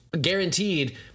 guaranteed